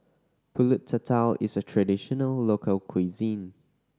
Pulut Tatal is a traditional local cuisine